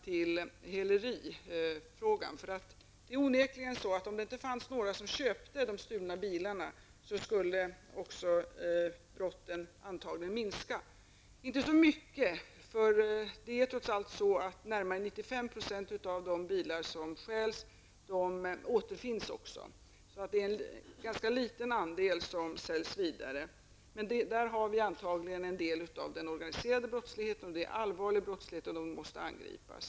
Det är onekligen så att brotten antagligen skulle minska i omfattning om det inte fanns några som köpte de stulna bilarna. Men de skulle inte minska i så stor omfattning, eftersom närmare 95 % av de bilar som stjäls också återfinns. Det är alltså en ganska liten andel som säljs vidare. Där finns antagligen en del av den organiserade brottsligheten, och det är en allvarlig brottslighet, som måste angripas.